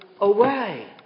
away